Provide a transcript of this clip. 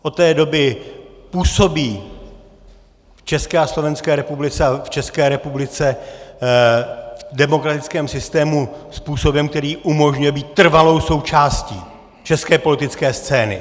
Od té doby působí v České a Slovenské republice a v České republice v demokratickém systému způsobem, který umožňuje být trvalou součástí české politické scény.